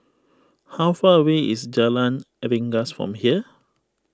how far away is Jalan Rengas from here